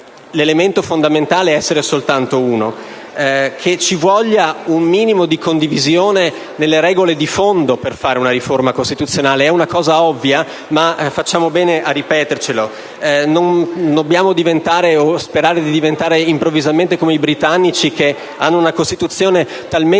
l'elemento fondamentale sia soltanto uno: che ci voglia un minimo di condivisione nelle regole di fondo per fare una riforma costituzionale è una cosa ovvia, ma facciamo bene a ripetercelo. Non dobbiamo diventare - o sperare di diventare - improvvisamente come i britannici, che hanno una Costituzione talmente